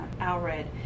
Alred